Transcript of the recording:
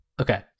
okay